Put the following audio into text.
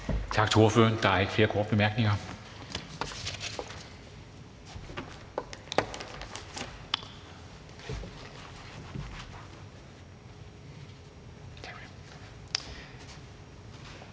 Tak til ordføreren. Der er ikke flere korte bemærkninger.